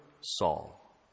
Saul